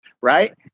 Right